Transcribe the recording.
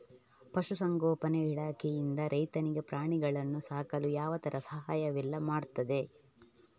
ಪಶುಸಂಗೋಪನೆ ಇಲಾಖೆಯಿಂದ ರೈತರಿಗೆ ಪ್ರಾಣಿಗಳನ್ನು ಸಾಕಲು ಯಾವ ತರದ ಸಹಾಯವೆಲ್ಲ ಮಾಡ್ತದೆ?